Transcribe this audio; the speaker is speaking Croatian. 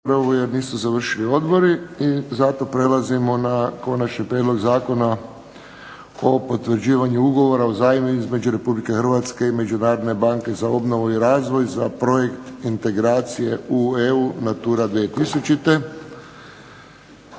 za to budu uvjeti. **Bebić, Luka (HDZ)** Konačni prijedlog Zakona o potvrđivanju ugovora o zajmu između Republike Hrvatske i Međunarodne banke za obnovu i razvoj za projekte integracije u EU natura 2000.,